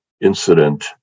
incident